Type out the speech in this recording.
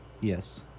Yes